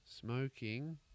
Smoking